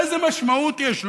איזו משמעות יש?